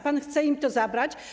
Pan chce im to zabrać.